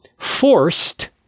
forced